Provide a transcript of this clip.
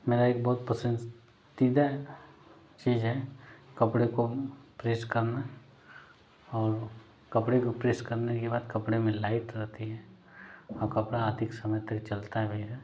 मेरा एक बहुत पसंदीदा चीज़ है कपड़े को प्रेस करना और कपड़े को प्रेस करने के बाद कपड़े में लाइट रहती है और कपड़ा अधिक समय तक चलता है